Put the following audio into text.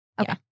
Okay